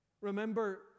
Remember